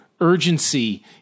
urgency